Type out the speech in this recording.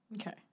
Okay